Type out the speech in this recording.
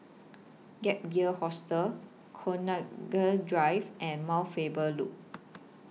Gap Year Hostel Connaught Drive and Mount Faber Loop